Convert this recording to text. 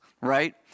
Right